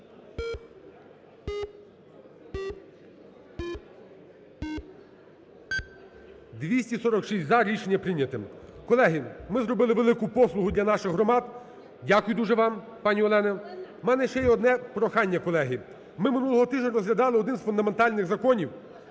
За-246 Рішення прийнято. Колеги, ми зробили велику послугу для наших громад. Дякую дуже вам, пані Олено. У мене ще є одне прохання, колеги. Ми минулого тижня розглядали один з фундаментальних законів